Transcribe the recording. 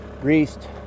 greased